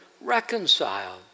reconciled